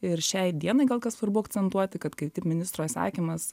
ir šiai dienai gal kas svarbu akcentuoti kad kaip ministro įsakymas